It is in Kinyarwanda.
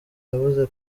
yavuze